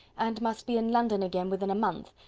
and must be in london again within a month,